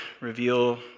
reveal